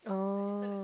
oh